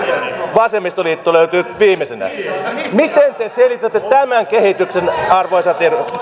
vasemmistoliitto löytyy viimeisenä miten te selitätte tämän kehityksen arvoisat